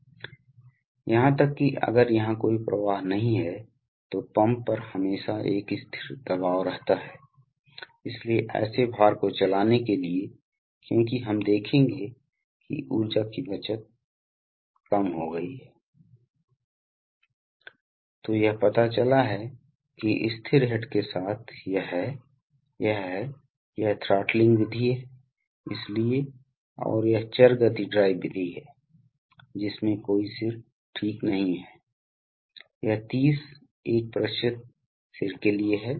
तो कुछ प्रकार के अनुप्रयोग हैं जहां हाइड्रोलिक सिस्टम की तुलना में न्यूमेटिक्स सिस्टम काफी अच्छी तरह से अनुकूल हैं इसलिए यह सिर्फ एक सवाल है इसलिए यह विशेष प्रकार के एप्लिकेशन का सवाल है जहां ये सिस्टम अधिक लाभकारी हैं हमने मुख्य प्रणाली घटकों को भी देखा है इस अर्थ में कि आपने कंप्रेशर्स के बारे में बात करते हुए संचयकों नियामकों और कुछ प्रकार के दिशा नियंत्रण वाल्वों के साथ साथ सिलेंडर के बारे में बात की है